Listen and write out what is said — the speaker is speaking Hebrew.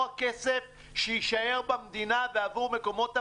הכסף שיישאר במדינה ועבור מקומות עבודה?